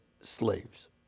slaves